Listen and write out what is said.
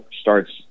starts